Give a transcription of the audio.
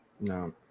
No